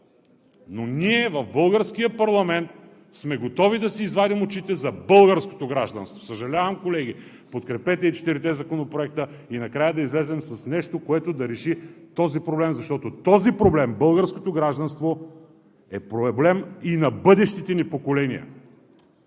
Ние в българския парламент сме готови да си извадим очите за българското гражданство. Съжалявам, колеги! Подкрепете и четирите законопроекта и накрая да излезем с нещо, което да реши този проблем, защото този проблем – българското гражданство, е проблем и на бъдещите ни поколения.